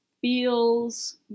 feels